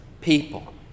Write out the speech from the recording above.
people